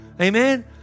amen